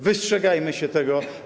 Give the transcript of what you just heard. Wystrzegajmy się tego.